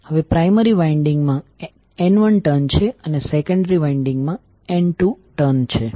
હવે primary winding માં N1ટર્ન છે અને સેકન્ડરી વાઇન્ડીંગ માં N2ટર્ન છે